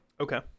Okay